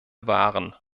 waren